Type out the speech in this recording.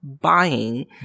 buying